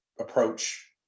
approach